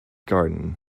garden